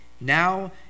Now